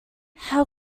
how